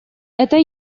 это